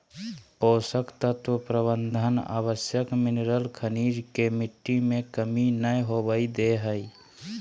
पोषक तत्व प्रबंधन आवश्यक मिनिरल खनिज के मिट्टी में कमी नै होवई दे हई